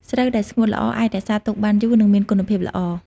ស្រូវដែលស្ងួតល្អអាចរក្សាទុកបានយូរ និងមានគុណភាពល្អ។